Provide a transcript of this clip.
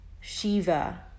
Shiva